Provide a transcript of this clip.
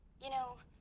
you know,